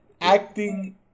acting